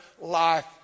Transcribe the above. life